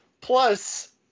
Plus